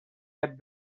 had